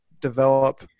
develop